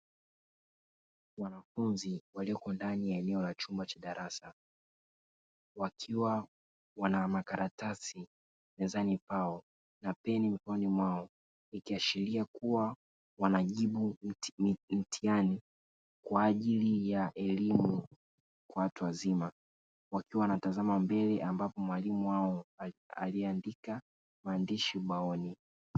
Wanafunzi walioko ndani ya eneo la chumba cha darasa, wakiwa na makaratasi mezani pao na peni mikononi mwao; ikiashiria kuwa wanajibu mtihani kwa ajili ya elimu ya watu wazima, wakiwa wanatazama mbele ambapo mwalimu wao aliyeandika maandishi ubaoni.